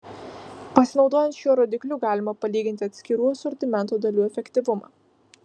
pasinaudojant šiuo rodikliu galima palyginti atskirų asortimento dalių efektyvumą